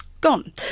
gone